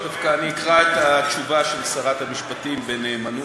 אני דווקא אקרא את התשובה של שרת המשפטים בנאמנות.